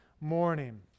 morning